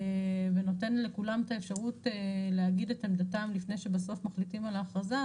ושנותן לכולם את האפשרות להגיד את עמדתם לפני שבסוף מחליטים על האכרזה,